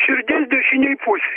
širdies dešinėj pusėj